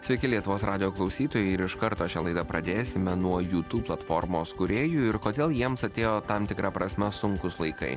sveiki lietuvos radijo klausytojai ir iš karto šią laidą pradėsime nuo jutūb platformos kūrėjų ir kodėl jiems atėjo tam tikra prasme sunkūs laikai